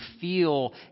feel